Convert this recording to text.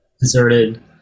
deserted